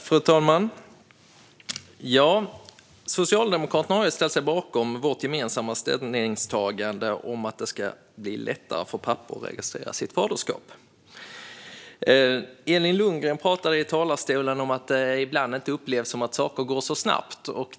Fru talman! Socialdemokraterna har ställt sig bakom vårt gemensamma ställningstagande om att det ska bli lättare för pappor att registrera sitt faderskap. Elin Lundgren sa i talarstolen att det ibland inte upplevs som att saker går så snabbt.